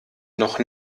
noch